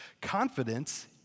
Confidence